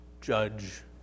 judge